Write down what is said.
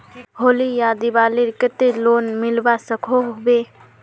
होली या दिवालीर केते लोन मिलवा सकोहो होबे?